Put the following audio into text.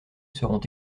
seront